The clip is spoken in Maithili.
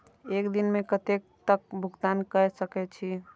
एक दिन में कतेक तक भुगतान कै सके छी